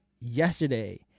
yesterday